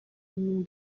nom